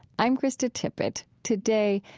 i'm krista tippett. today,